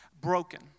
Broken